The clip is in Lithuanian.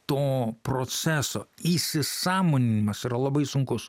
to proceso įsisąmoninimas yra labai sunkus